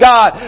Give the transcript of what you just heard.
God